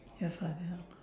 your father